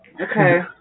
Okay